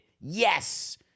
Yes